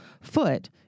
foot